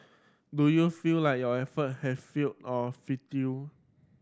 do you feel like your effort have failed or futile